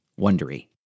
Wondery